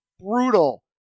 brutal